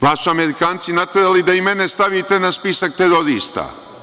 Vas su Amerikanci naterali da i mene stavite na spisak terorista.